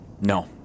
No